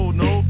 no